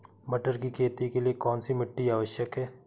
मटर की खेती के लिए कौन सी मिट्टी आवश्यक है?